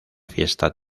fiesta